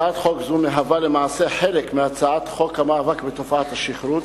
הצעת חוק זו מהווה למעשה חלק מהצעת חוק המאבק בתופעת השכרות